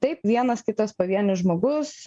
taip vienas kitas pavienis žmogus